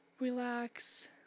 relax